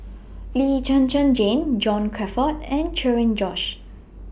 Lee Zhen Zhen Jane John Crawfurd and Cherian George